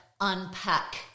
unpack